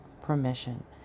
permission